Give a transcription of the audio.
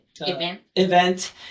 event